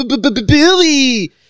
Billy